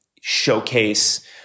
showcase